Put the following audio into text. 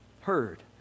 heard